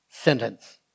sentence